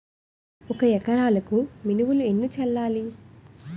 ఒక ఎకరాలకు మినువులు ఎన్ని చల్లాలి?